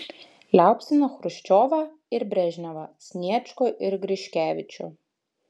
liaupsino chruščiovą ir brežnevą sniečkų ir griškevičių